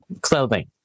clothing